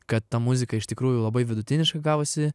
kad ta muzika iš tikrųjų labai vidutiniška gavosi